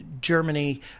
germany